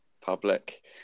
public